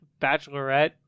bachelorette